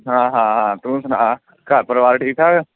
ਹਾਂ ਹਾਂ ਹਾਂ ਤੂੰ ਸੁਣਾ ਘਰ ਪਰਿਵਾਰ ਠੀਕ ਠਾਕ